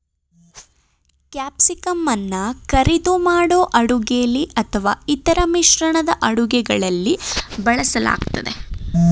ಕ್ಯಾಪ್ಸಿಕಂಅನ್ನ ಕರಿದು ಮಾಡೋ ಅಡುಗೆಲಿ ಅಥವಾ ಇತರ ಮಿಶ್ರಣದ ಅಡುಗೆಗಳಲ್ಲಿ ಬಳಸಲಾಗ್ತದೆ